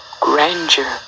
grandeur